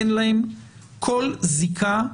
אין להם כל זיקה,